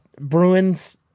Bruins